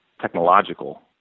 technological